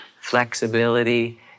flexibility